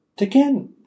again